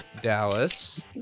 Dallas